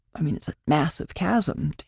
i mean, it's a massive chasm, and